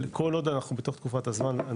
אבל כול עוד אנחנו בתוך תקופת הזמן,